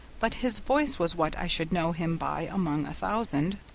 but his voice was what i should know him by among a thousand.